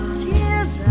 tears